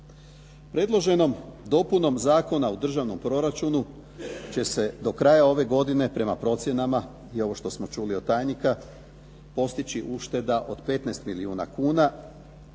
Predloženom dopunom zakona u državnom proračunu će se do kraja ove godine, prema procjenama i ovo što smo čuli od tajnika, postići ušteda od 15 milijuna kuna